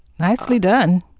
nicely done